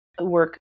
work